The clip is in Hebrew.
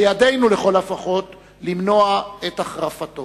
בידינו לכל הפחות למנוע את החרפתו.